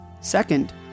Second